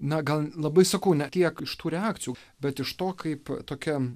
na gal labai sakau ne tiek iš tų reakcijų bet iš to kaip tokia